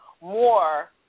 more